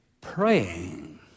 praying